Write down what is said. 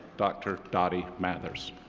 dr. dottie mathers.